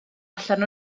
allan